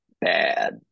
bad